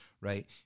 right